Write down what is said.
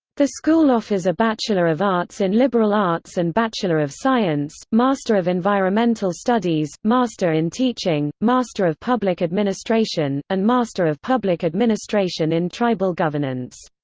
the school offers a bachelor of arts in liberal arts and bachelor of science, master of environmental studies, master in teaching, master of public administration, and master of public administration in tribal governance.